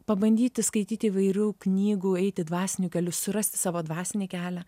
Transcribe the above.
pabandyti skaityti įvairių knygų eiti dvasiniu keliu surasti savo dvasinį kelią